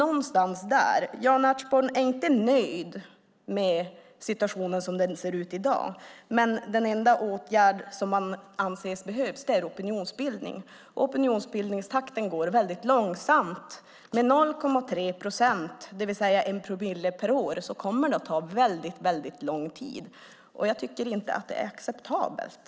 Jan Ertsborn är inte nöjd med situationen som den är. Men den enda åtgärd som man anser behövs är opinionsbildning. Opinionsbildningstakten går väldigt långsamt. Med 0,3 procent, det vill säga 1 promille per år, kommer det att ta väldigt lång tid. Jag tycker inte att det är acceptabelt.